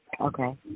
Okay